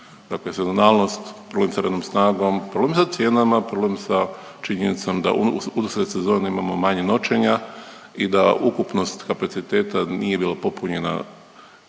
dakle sezonalnost, problem sa radnom snagom, problem sa cijenama, problem sa činjenicom da usred sezone imamo manje noćenja i da ukupnost kapaciteta nije bila popunjena, dakle na